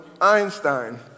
Einstein